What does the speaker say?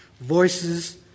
voices